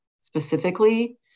specifically